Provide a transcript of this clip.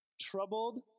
troubled